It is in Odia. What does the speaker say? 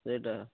ସେଇଟା